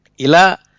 Ila